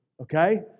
Okay